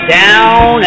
down